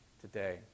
today